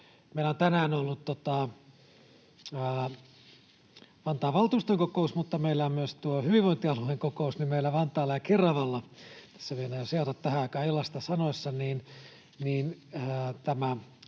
Meillä on tänään ollut Vantaan valtuuston kokous... Meillä on myös hyvinvointialueen kokous, ja meillä Vantaalla ja Keravalla — tässä meinaa seota sanoissa tähän aikaan illasta — tämä